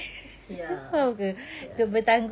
ya ya